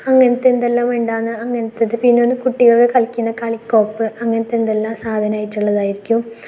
അങ്ങനത്തെ എന്തെല്ലാം ഉണ്ടാകുന്ന അങ്ങനത്തെ ഇത് പിന്നെ കുട്ടികൾ കളിക്കുന്ന കളിക്കോപ്പ് അങ്ങനത്തെ എന്തെല്ലാം സാധനായിട്ടുള്ളതായിരിക്കും